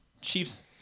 Chiefs